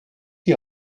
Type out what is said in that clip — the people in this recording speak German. die